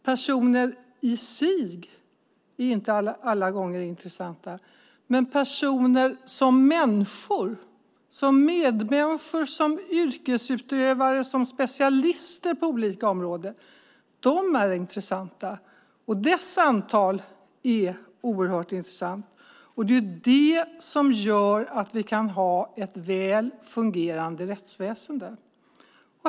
Personer i sig är inte alla gånger intressanta, men personer som människor, medmänniskor, yrkesutövare och specialister på olika områden är intressanta. Deras antal är oerhört intressant, och det är det som gör att vi kan ha ett väl fungerande rättsväsen.